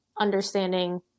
understanding